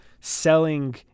selling